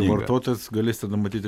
vartotojas galės tada matyti